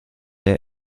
der